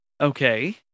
Okay